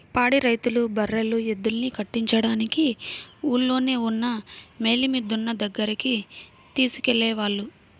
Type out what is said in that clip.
పాడి రైతులు బర్రెలు, ఎద్దుల్ని కట్టించడానికి ఊల్లోనే ఉన్న మేలిమి దున్న దగ్గరికి తీసుకెళ్ళేవాళ్ళు